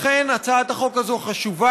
לכן הצעת החוק הזאת חשובה.